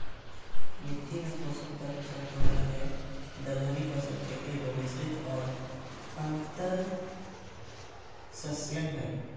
मिट्टी में पोषक तत्व संतुलन ले दलहनी फसल के एगो, मिश्रित और अन्तर्शस्ययन हइ